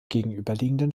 gegenüberliegenden